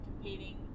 competing